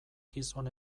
gizon